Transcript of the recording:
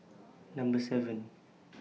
Number seven